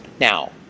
Now